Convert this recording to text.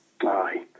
Aye